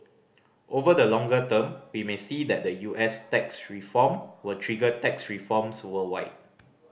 over the longer term we may see that the U S tax reform will trigger tax reforms worldwide